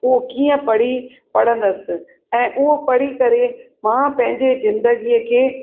हूअ कीअं पढ़ी पढ़ंदसि ऐं उहो पढ़ी करे मां पंहिंजे जिंदगीअ खे